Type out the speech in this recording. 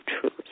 Truth